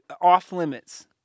off-limits